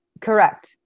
correct